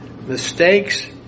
mistakes